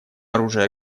оружие